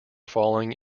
falling